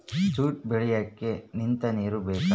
jute ಬೆಳಿಯಕ್ಕೆ ನಿಂತ ನೀರು ಬೇಕು